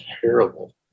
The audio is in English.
terrible